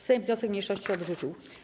Sejm wniosek mniejszości odrzucił.